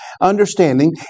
understanding